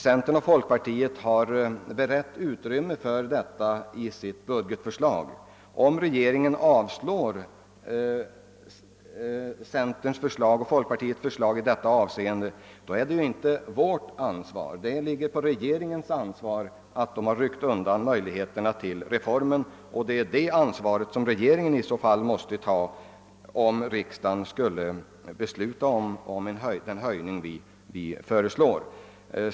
Centern och folkpartiet har berett utrymme för detta i sitt budgetförslag. Om regeringen avslår centerpartiets och folkpartiets förslag i detta avseende, blir ju inte ansvaret vårt; det faller på regeringens ansvar att regeringen rycker undan möjligheterna till reformens genomförande. Det är det ansvaret som regeringen i så fall måste ta på sig, om riksdagen skulle besluta om den höjning vi föreslår.